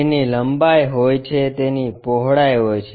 તેની લંબાઈ હોય છે તેની પહોળાઈ હોય છે